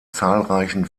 zahlreichen